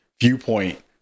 viewpoint